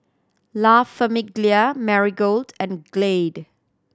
La Famiglia Marigold and Glade